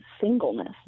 singleness